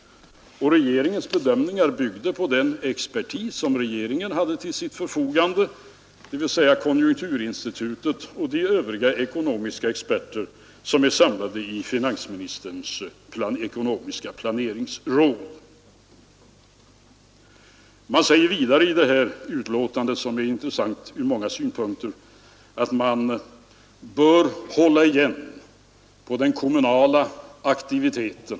Och regeringens bedömningar byggde på den expertis regeringen hade till sitt förfogande, dvs. konjunkturinstitutet och de övriga ekonomiska experter som är samlade i finansministerns ekonomiska planeringsråd. Man säger vidare i det här betänkandet, som är intressant ur många Nr 112 synpunkter, att man bör hålla igen på den kommunala aktiviteten.